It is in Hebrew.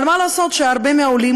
אבל מה לעשות שהרבה מהעולים,